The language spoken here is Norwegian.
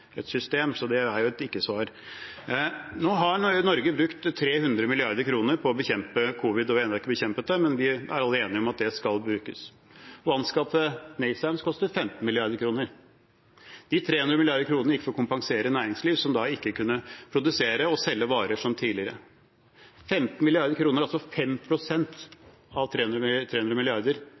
system, så det er et ikke-svar. Nå har Norge brukt 300 mrd. kr på å bekjempe covid-19 – vi har ennå ikke bekjempet det, men vi er alle enige om at det skal gjøres. Å anskaffe NASAMS koster 15 mrd. kr. De 300 mrd. kr gikk med til å kompensere næringsliv som ikke kunne produsere og selge varer som tidligere. 15 mrd. kr, altså 5 pst. av 300